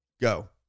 Go